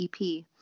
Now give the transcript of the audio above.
EP